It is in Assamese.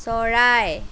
চৰাই